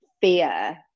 fear